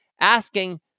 Asking